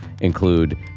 include